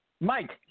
Mike